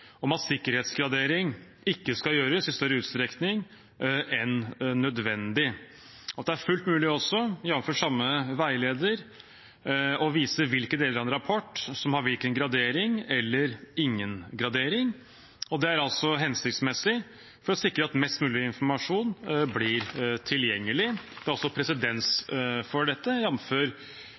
om at sikkerhetsgradering ikke skal gjøres i større utstrekning enn nødvendig, og at det er fullt mulig også, jf. samme veileder, å vise hvilke deler av en rapport som har hvilken gradering eller ingen gradering. Det er hensiktsmessig for å sikre at mest mulig informasjon blir tilgjengelig. Det er også presedens for dette,